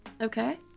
Okay